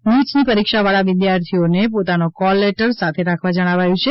નીટની પરીક્ષા વાળા વિધ્યાર્થીઓને પોતાનો કોલ લેટર સાથે રાખવા જણાવાયું છે